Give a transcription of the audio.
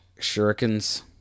Shurikens